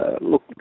look